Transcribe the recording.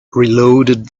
reloaded